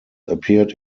appeared